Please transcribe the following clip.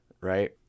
right